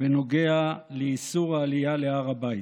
בנוגע לאיסור העלייה להר הבית,